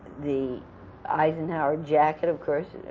the eisenhower jacket, of course,